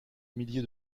milliers